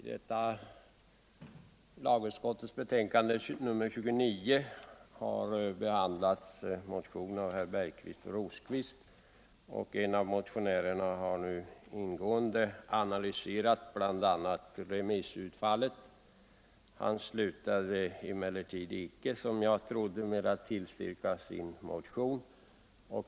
Herr talman! I lagutskottets betänkande nr 29 har behandlats en motion av herrar Bergqvist och Rosqvist. En av motionärerna har nu ingående analyserat bl.a. remissutfallet. Han slutade emellertid icke, som jag trodde han skulle göra, med att tillstyrka sin motion.